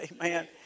Amen